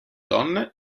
donne